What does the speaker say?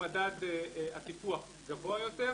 שמדד הטיפוח גבוה יותר,